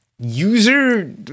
User